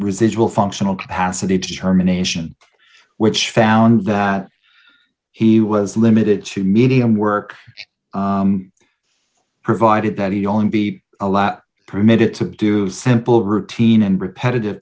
residual functional capacity to determination which found that he was limited to medium work provided that he only be allowed permitted to do simple routine and repetitive